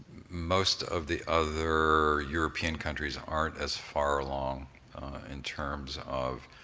most of the other european countries aren't as far along in terms of